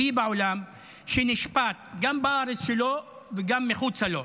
בעולם שנשפט גם בארץ שלו וגם מחוצה לה.